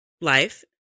life